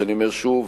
שאני אומר שוב,